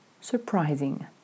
surprising